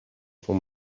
for